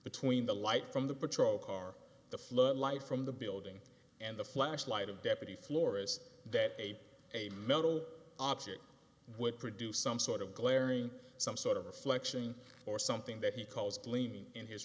between the light from the patrol car the flow of light from the building and the flashlight of deputy floor is that a a metal object would produce some sort of glaring some sort of reflection or something that he calls gleam in his